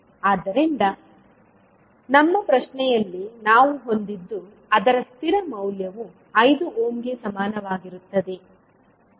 ಆದ್ದರಿಂದ ನಮ್ಮ ಪ್ರಶ್ನೆಯಲ್ಲಿ ನಾವು ಹೊಂದಿದ್ದು ಅದರ ಸ್ಥಿರ ಮೌಲ್ಯವು 5 ಓಮ್ ಗೆ ಸಮಾನವಾಗಿರುತ್ತದೆ